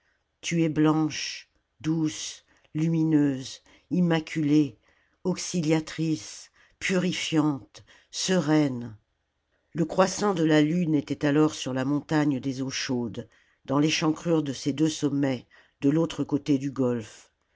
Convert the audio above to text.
tu es blanche douce lumineuse immaculée auxiliatrice purifiante sereine le croissant de la lune était alors sur la montagne des eaux chaudes dans l'échancrure de ses deux sommets de l'autre côté du golfe